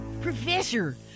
Professor